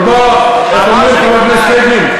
אבל בוא, איך אומרים, חבר הכנסת פייגלין?